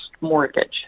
mortgage